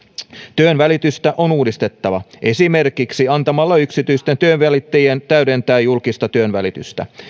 työnvälitystä on uudistettava esimerkiksi antamalla yksityisten työnvälittäjien täydentää julkista työnvälistystä